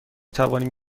توانیم